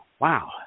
wow